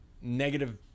negative